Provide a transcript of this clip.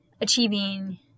achieving